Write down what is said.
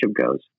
goes